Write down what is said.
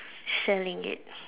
selling it